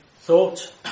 thought